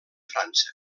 frança